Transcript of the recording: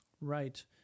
right